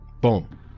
boom